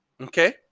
okay